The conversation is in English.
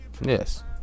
Yes